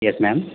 yes ma'am